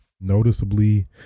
noticeably